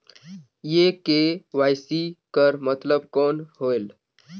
ये के.वाई.सी कर मतलब कौन होएल?